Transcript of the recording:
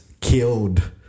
killed